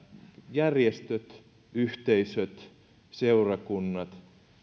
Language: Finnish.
järjestöt yhteisöt seurakunnat